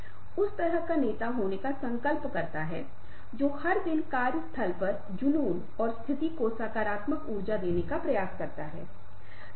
इसलिए स्पेस प्रासंगिक है लेकिन एक सार्वजनिक स्थान बहुत अधिक दूरी वह है जहां आप इतनी दूरी पर हैं कि केवल आपके इशारों और विशिष्ट इशारों को पहचाना जा सकता है और कुछ नहीं